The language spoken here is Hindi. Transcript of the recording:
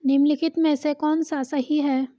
निम्नलिखित में से कौन सा सही है?